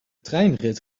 treinrit